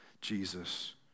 Jesus